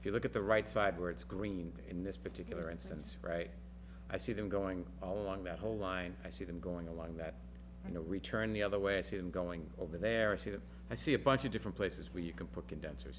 if you look at the right side where it's green in this particular instance right i see them going along that whole line i see them going along that you know we turn the other way i see him going over there see if i see a bunch of different places where you can put condense